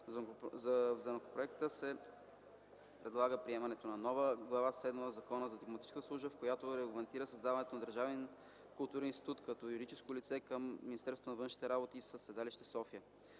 В законопроекта се предлага приемането на нова Глава седма в Закона за дипломатическата служба, в която се регламентира създаването на Държавен културен институт като юридическо лице към Министерството на външните работи със седалище в София.